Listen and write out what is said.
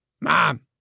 Mom